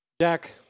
Jack